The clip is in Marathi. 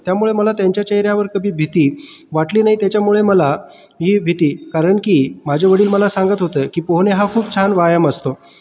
त्यामुळे मला त्यांच्या चेहऱ्यावर कधी भीती वाटली नाही त्याच्यामुळे मला ही भीती कारण की माझे वडील मला सांगत होते की पोहणे हा खूप छान व्यायाम असतो